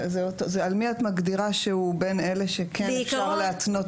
על מי אתה מגדירה שהוא בין אלה שכן אפשר להתנות